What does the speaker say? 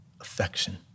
Affection